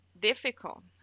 difficult